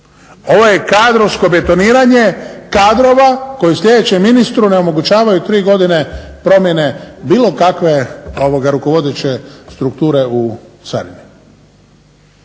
Ovo je kadrovsko betoniranje kadrova koje sljedećem ministru ne omogućavaju tri godine promjene bilo kakve rukovodeće strukture u carini.